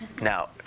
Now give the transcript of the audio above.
Now